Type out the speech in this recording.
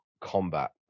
combat